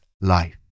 life